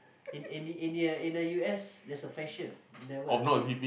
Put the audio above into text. in in in the U_S there's a fashion never unzip